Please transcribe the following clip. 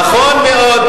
נכון מאוד.